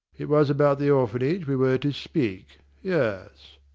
it was about the orphanage we were to speak yes.